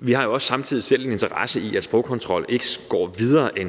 Vi har jo også samtidig selv en interesse i, at sprogkontrollen ikke går videre end